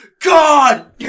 God